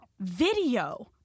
video